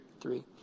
Three